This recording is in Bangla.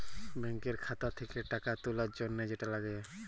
ব্যাংকের খাতা থ্যাকে টাকা তুলার জ্যনহে যেট লাগে